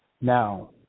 Now